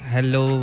Hello